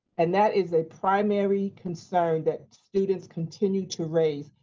and that is a primary concern that students continue to raise.